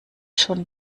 schon